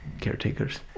caretakers